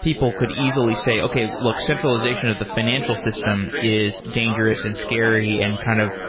people could easily say, okay. look, centralization at the financial system is dangerous and scary and kind of